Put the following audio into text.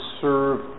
serve